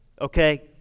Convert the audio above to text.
Okay